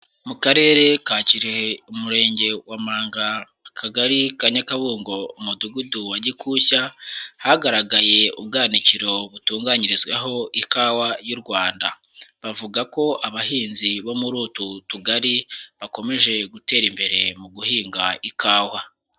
Mu Karere ka Kirehe, Umurenge wa Mpanga, Akagari ka Nyakabungo, Umudugudu wa Gikushya, hagaragaye ubwanakiro butunganyirijweho ikawa y'u Rwanda, bavuga ko abahinzi bo muri utu tugari bakomeje gutera imbere mu guhinga ikawa.